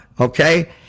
Okay